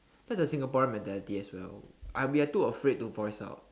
that's a Singaporean mentality as well I we're too afraid to voice out